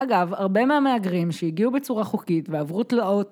אגב, הרבה מהמהגרים שהגיעו בצורה חוקית ועברו תלאות.